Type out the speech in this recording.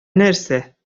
нәрсә